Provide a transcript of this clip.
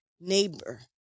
neighbor